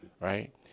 Right